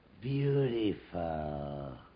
Beautiful